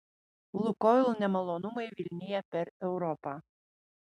lukoil nemalonumai vilnija per europą